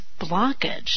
blockage